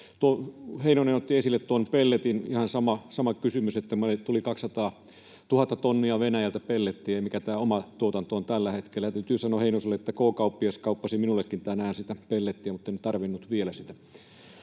Heinonen otti esille pelletin. Ihan sama kysymys, että kun meille tuli 200 000 tonnia Venäjältä pellettiä, niin mikä tämä oma tuotanto on tällä hetkellä. Täytyy sanoa Heinoselle, että K-kauppias kauppasi minullekin tänään pellettiä, mutta en tarvinnut vielä sitä.